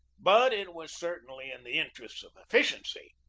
but it was certainly in the interest of efficiency.